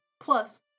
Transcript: Plus